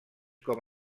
com